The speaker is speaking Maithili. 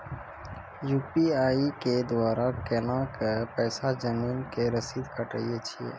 यु.पी.आई के द्वारा केना कऽ पैसा जमीन के रसीद कटैय छै?